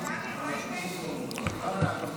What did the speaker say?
(חברת הכנסת נעמה לזימי יוצאת מאולם המליאה.)